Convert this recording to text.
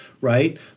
right